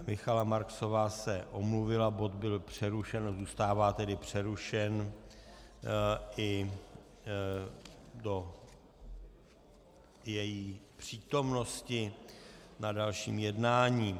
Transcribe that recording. Michaela Marksová se omluvila, bod byl přerušen, zůstává tedy přerušen do její přítomnosti na dalším jednání.